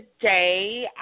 today